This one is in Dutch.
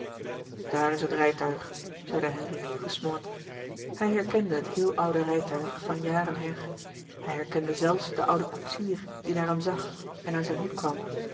daar is het rijtuig zeide henri gesmoord hij herkende het heel oude rijtuig van jaren her hij herkende zelfs den ouden koetsier die naar hem zag en aan zijn hoed kwam